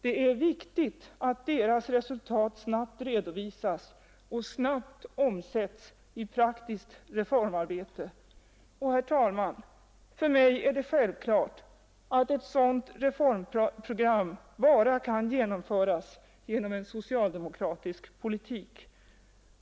Det är viktigt att deras resultat snabbt redovisas och snabbt omsättes i praktiskt reformarbete. Herr talman! Det är självklart att ett sådant reformprogram bara kan förverkligas genom en socialdemokratisk politik.